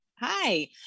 hi